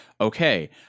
okay